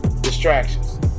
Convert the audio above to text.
distractions